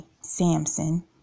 Samson